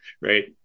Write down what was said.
right